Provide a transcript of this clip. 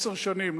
עשר שנים.